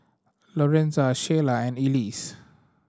Lorenza Shayla and Elise